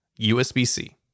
USB-C